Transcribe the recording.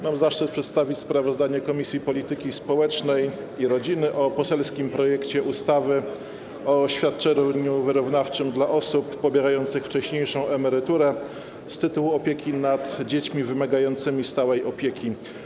Mam zaszczyt przedstawić sprawozdanie Komisji Polityki Społecznej i Rodziny o poselskim projekcie ustawy o świadczeniu wyrównawczym dla osób pobierających wcześniejszą emeryturę z tytułu opieki nad dziećmi wymagającymi stałej opieki.